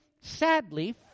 sadly